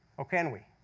or can we?